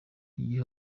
igihe